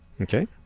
Okay